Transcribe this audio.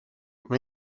mae